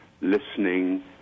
listening